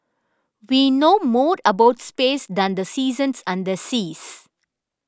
we know more about space than the seasons and the seas